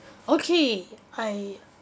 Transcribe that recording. okay I